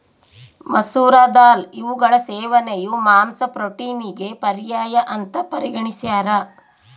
ಮಸೂರ ದಾಲ್ ಇವುಗಳ ಸೇವನೆಯು ಮಾಂಸ ಪ್ರೋಟೀನಿಗೆ ಪರ್ಯಾಯ ಅಂತ ಪರಿಗಣಿಸ್ಯಾರ